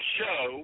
show